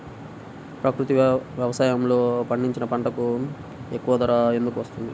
ప్రకృతి వ్యవసాయములో పండించిన పంటలకు ఎక్కువ ధర ఎందుకు వస్తుంది?